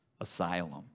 asylum